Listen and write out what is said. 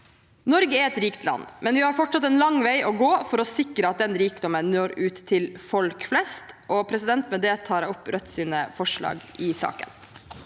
Norge er et rikt land, men vi har fortsatt en lang vei å gå for å sikre at rikdommen når ut til folk flest. Med det tar jeg opp Rødts forslag i saken.